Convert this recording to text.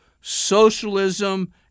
socialism